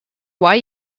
why